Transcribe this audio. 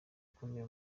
ukomeye